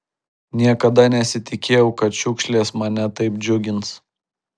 niekada nesitikėjau kad šiukšlės mane taip džiugins